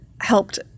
helped